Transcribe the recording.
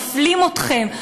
מפלים אתכם,